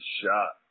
shot